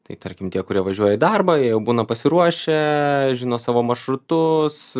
tai tarkim tie kurie važiuoja į darbą jie jau būna pasiruošę žino savo maršrutus